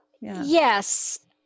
Yes